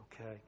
Okay